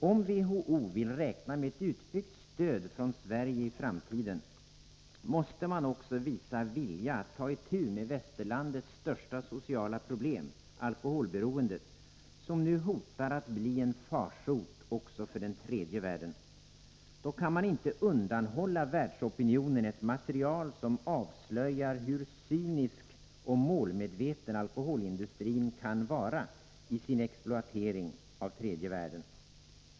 Om WHO vill räkna med ett utbyggt stöd från Sverige i framtiden, måste man också visa vilja att ta i tu med västerlandets största sociala problem, alkoholberoendet, som nu hotar att bli en farsot också för tredje världen. Då kan man inte undanhålla världsopinionen ett material som avslöjar hur cynisk och målmedveten alkoholindustrin kan vara i sin exploatering av tredje världen.